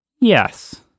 Yes